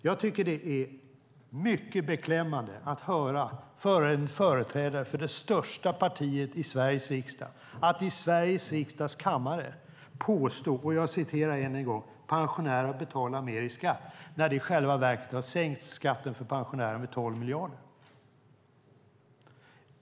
Jag tycker att det är mycket beklämmande att höra en företrädare för det största partiet i Sveriges riksdag i dess kammare påstå att "pensionärer betalar högre skatt" när skatten för pensionärer i själva verket har sänkts med 12 miljarder.